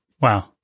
Wow